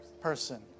person